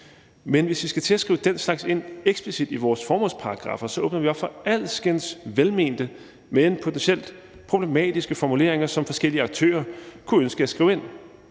men hvis vi skal til at skrive den slags ind eksplicit i vores formålsparagraffer, åbner vi op for alskens velmente, men potentielt problematiske formuleringer, som forskellige aktører kunne ønske at skrive ind.